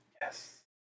yes